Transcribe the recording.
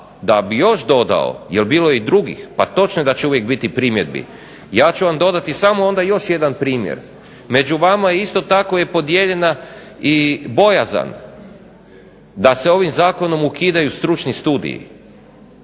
da bi još dodao, jer bilo je i drugih, pa točno je da će uvijek biti primjedbi. Ja ću vam dodati samo još onda još jedan primjer, među vama isto tako je podijeljena i bojazan, da se ovim zakonom ukidaju stručni studiji,